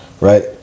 Right